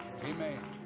Amen